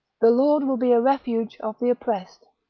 the lord will be a refuge of the oppressed,